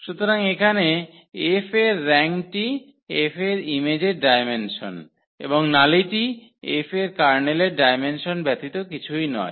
সুতরাং এখানে 𝐹 এর র্যাঙ্কটি F এর ইমেজের ডায়মেনসন এবং নালিটি 𝐹 এর কার্নেলের ডায়মেনসন ব্যতীত কিছুই নয়